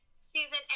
season